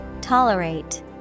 Tolerate